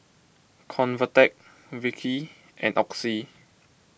Convatec Vichy and Oxy